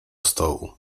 stołu